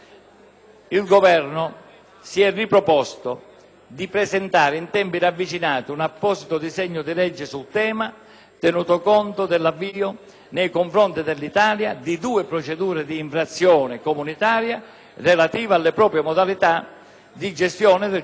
di presentare, in tempi ravvicinati, un apposito disegno di legge sul tema, tenuto conto dell'avvio nei confronti dell'Italia di due procedure di infrazione comunitaria relative alle proprie modalità di gestione del gioco a distanza. *(Applausi